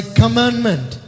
commandment